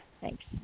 Thanks